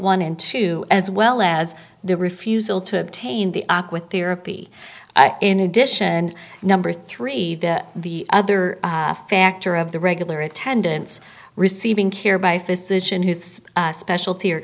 one and two as well as the refusal to obtain the arc with therapy in addition number three that the other factor of the regular attendance receiving care by physician his specialty or